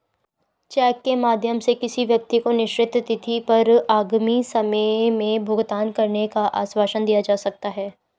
check के माध्यम से किसी व्यक्ति को निश्चित तिथि पर आगामी समय में भुगतान करने का आश्वासन दिया जा सकता है